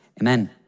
amen